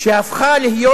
שהפכה להיות,